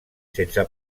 sense